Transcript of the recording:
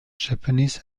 japanese